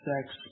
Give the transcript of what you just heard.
sex